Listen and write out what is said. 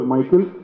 Michael